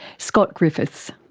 scott griffiths.